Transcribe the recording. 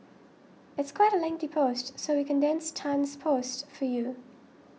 it's quite a lengthy post so we condensed Tan's post for you